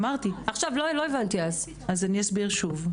אמרתי ואני אסביר שוב,